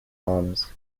arms